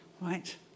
Right